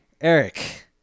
Eric